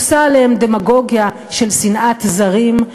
עושה עליהם דמגוגיה של שנאת זרים,